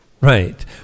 Right